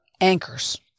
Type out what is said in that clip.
anchors